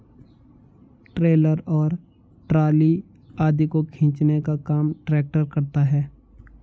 trailer और trolley आदि को खींचने का काम ट्रेक्टर करता है